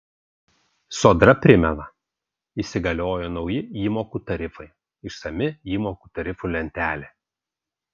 sodra primena įsigaliojo nauji įmokų tarifai išsami įmokų tarifų lentelė